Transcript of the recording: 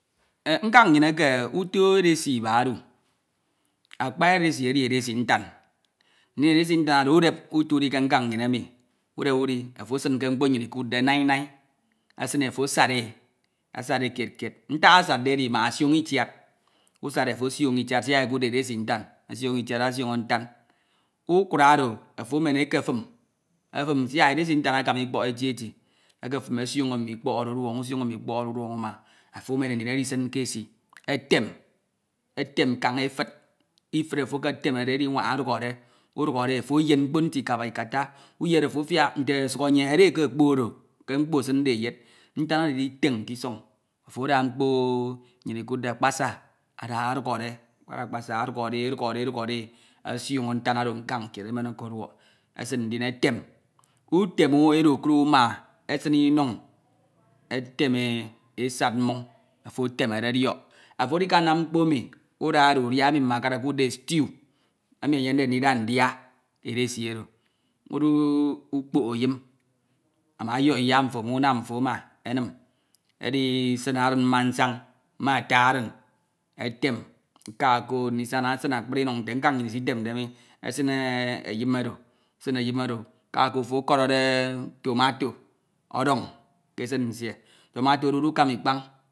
Nkan nnyin eke uto edesi iba edu, akpa edesi edi edesi ntan, ndin edesi ntan oro udep utudi ke nkan nnyin emi, udep ụdi ofo esin ke mkpo nnyin ikwade nai- nai esin e ofo asade kied kied, ntak asad edi mbak osioño itiad, usad e ofo osioño itiad siak ekwade edesi ntan, asad osioño ntan, ukum oro ofo emene ekefum efum siak edesi ntan akama ikpọk eti eti, ekefum osiono mme ikpọk oro oduọñọ, esi etem, etem kaña- efud iked ofo eketemede edinwana ọdukhọde, udukhore e ofo eyed mkpo nte ikaba ikata uyed ofo afiak nte osu enyekhede ke okpo oro ofo esinde e eyed ntan oro idiken k'isọñ. Ogo ada mkpa inyen ikuudde akpasa ada odukhore, ada odukhore e osioño ntan oro nkan kied emen ekeduọk, esin ndin etem, item edokoro uma esin inun eteme esad mmõn ofo etemede odiok. On edikanam mkpo emi udade udia emi mbakara ekuudde stew emi eyanda ndida ncha edesi, okpo eyim ama ọyọk iyak mfo. Oyok unam mfo enim, edisin orin mmansan me ato, arin etem ikako ndisana esin akpri inun, nte nkan nnyin emi isitemde mi, esin eyin oro, akako ofo ọkọrede tomato ọdọra k'esid nsie, tomato idukama ikpan̄